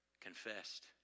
confessed